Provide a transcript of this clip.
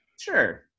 sure